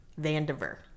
Vandiver